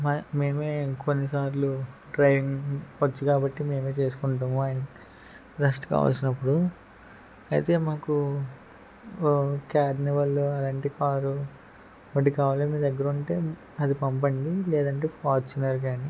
మా మేమే కొన్ని సార్లు డ్రైవింగ్ వచ్చు కాబట్టి మేమే చేసుకుంటాము ఆయనికి రెస్ట్ కావాల్సినప్పుడు అయితే మాకు క్యార్నివాల్ అలాంటి కారు వంటివి కావాలి మీ దగ్గరుంటే అది పంపండి లేదంటే ఫార్చూనర్ గానీ